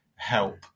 help